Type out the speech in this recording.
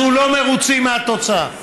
אנחנו לא מרוצים מהתוצאה.